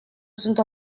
sunt